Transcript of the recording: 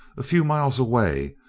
a few miles away,